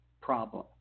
problem